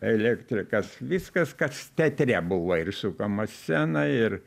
elektrikas viskas kas teatre buvo ir sukama scena ir